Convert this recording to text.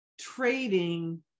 trading